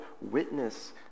witness